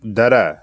দ্বারা